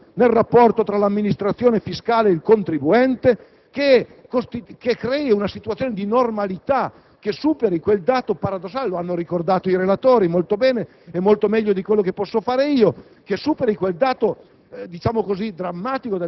ma anche per impostare una nuova cultura nel rapporto tra l'amministrazione fiscale e il contribuente che crei una situazione di normalità, che superi quel dato paradossale e - l'hanno ricordato i relatori molto bene e meglio di quanto posso fare io